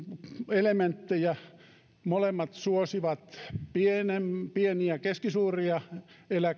elementtejä ja molemmat suosivat pieniä keskisuuria